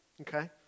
okay